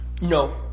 No